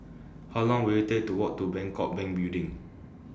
How Long Will IT Take to Walk to Bangkok Bank Building